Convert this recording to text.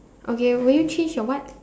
okay will you change your what